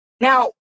now